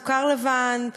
סוכר לבן,